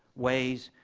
ways,